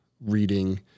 reading